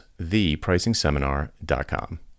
thepricingseminar.com